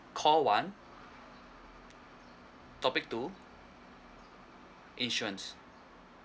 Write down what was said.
call one topic two insurance